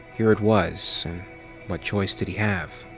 here it was and what choice did he have?